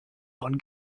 von